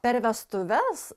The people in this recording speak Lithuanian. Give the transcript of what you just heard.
per vestuves